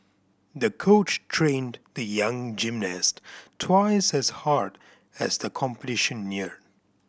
the coach trained the young gymnast twice as hard as the competition neared